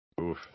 Oof